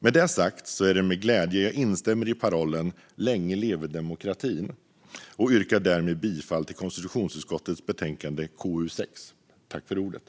Med det sagt är det med glädje jag instämmer i parollen: Länge leve demokratin! Därmed yrkar jag bifall till konstitutionsutskottets förslag i betänkande KU6.